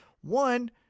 one